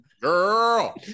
girl